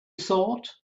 thought